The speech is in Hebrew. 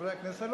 חברי הכנסת,